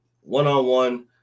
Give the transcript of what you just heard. one-on-one